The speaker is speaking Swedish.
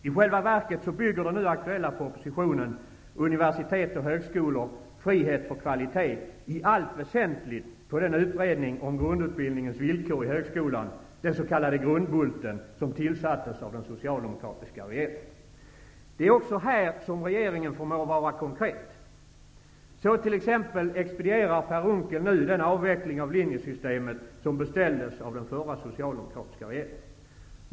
I själva verket bygger den nu aktuella propositionen, Universitet och högskolor -- Frihet för kvalitet, i allt väsentligt på den utredning om grundutbildningens villkor i högskolan -- den s.k. Det är också här som regeringen förmår vara konkret. Så t.ex. expedierar Per Unckel nu den avveckling av linjesystemet som beställdes av den förra socialdemokratiska regeringen.